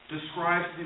describes